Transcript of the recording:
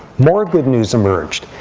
more good news emerged,